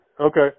Okay